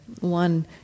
One